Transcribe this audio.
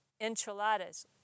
enchiladas